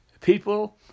people